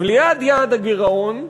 ליד יעד הגירעון,